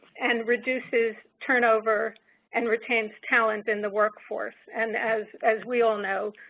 and reduces turnover and retain talent in the workforce. and, as as we all know,